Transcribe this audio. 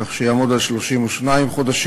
כך שיעמוד על 32 חודשים.